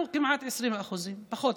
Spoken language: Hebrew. אנחנו כמעט 20%, אפילו פחות.